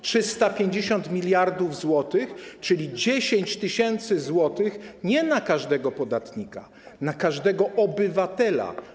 350 mld zł, czyli 10 tys. zł nie na każdego podatnika, a na każdego obywatela.